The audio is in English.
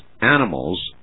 animals